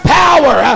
power